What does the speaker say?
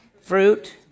fruit